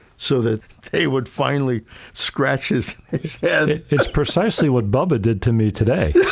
so that they would finally scratch his head. it's precisely what bubba did to me today.